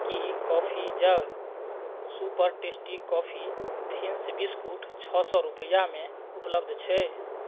की coffee joy super tasty coffee thins biscuit छओ सए रूपैआमे उपलब्ध छै